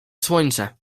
słońce